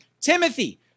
Timothy